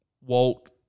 Walt